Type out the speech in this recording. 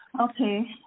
Okay